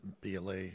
BLA